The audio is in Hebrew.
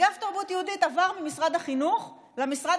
האגף לתרבות יהודית עבר ממשרד החינוך למשרד